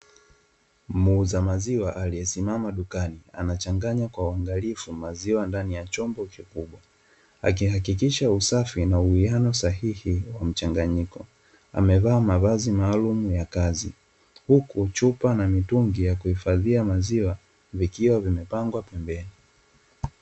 Muuza maziwa aliyesimama dukani, anachanganya kwa uangalifu maziwa ndani ya chombo kikubwa, akihakikisha usafi na uwiano sahihi wa mchanganyiko. Amevaa mavazi maalumu ya kazi, huku chupa na mitungi ya kuhifadhia maziwa vikiwa vimepangwa pembeni.